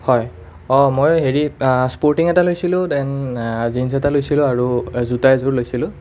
হয় অঁ মই হেৰি স্পৰ্টিং এটা লৈছিলোঁ ডেন জীন্ছ এটা লৈছিলোঁ আৰু জোতা এযোৰ লৈছিলোঁ